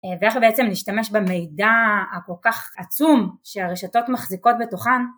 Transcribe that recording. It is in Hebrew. ואיך בעצם להשתמש במידע הכל כך עצום שהרשתות מחזיקות בתוכן